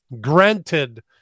Granted